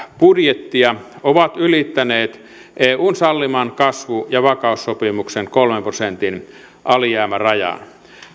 budjettia ovat ylittäneet eun salliman kasvu ja vakaussopimuksen kolmen prosentin alijäämärajan